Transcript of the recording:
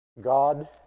God